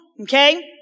okay